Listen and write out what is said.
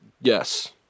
Yes